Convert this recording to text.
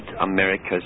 Americas